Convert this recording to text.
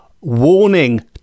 warning